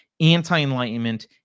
anti-enlightenment